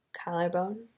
Collarbone